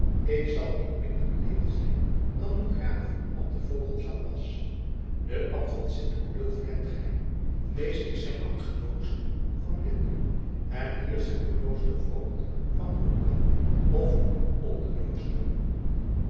ik zal niet minder beleefd zijn dan uw graaf op den vogelesang was den abt van sint odulf kent gij deze is zijn ambtgenoot van lidlum en hier zit de kloostervoogd van bloemkamp of